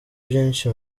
byinshi